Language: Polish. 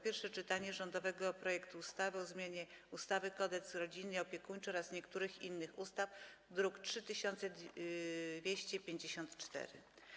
Pierwsze czytanie rządowego projektu ustawy o zmianie ustawy Kodeks rodzinny i opiekuńczy oraz niektórych innych ustaw, druk nr 3254.